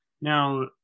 Now